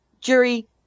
jury